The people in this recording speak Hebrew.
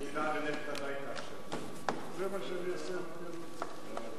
להעביר את הצעת חוק שירות ביטחון (תיקון מס' 7 והוראת